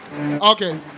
okay